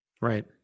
Right